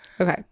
Okay